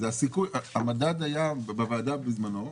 המדד היה בוועדה בזמנו,